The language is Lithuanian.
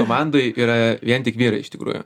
komandoj yra vien tik vyrai iš tikrųjų